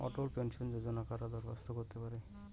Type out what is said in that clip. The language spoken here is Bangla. অটল পেনশন যোজনায় কারা কারা দরখাস্ত করতে পারে?